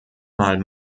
mal